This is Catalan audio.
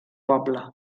poble